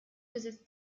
besitz